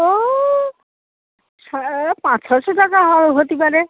ও ছয় পাঁচ ছয়শো টাকা হবে হতি পারে